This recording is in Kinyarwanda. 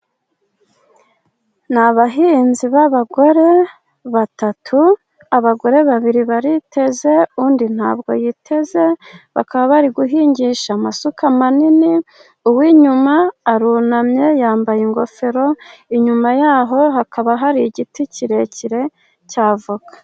Ni abahinzi b'abagore batatu, abagore babiri bariteze, undi ntabwo yiteze, bakaba bari guhingisha amasuka manini, uw'inyuma arunamye yambaye ingofero, inyuma yaho hakaba hari igiti kirekire, cya voka.